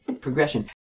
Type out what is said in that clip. progression